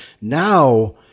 Now